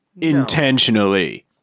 Intentionally